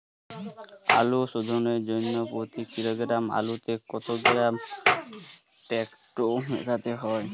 আলু শোধনের জন্য প্রতি কিলোগ্রাম আলুতে কত গ্রাম টেকটো মেশাতে হবে?